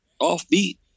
offbeat